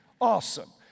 Awesome